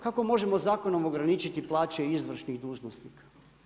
Kako možemo zakonom ograničiti plaće izvršnih dužnosnika?